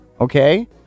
Okay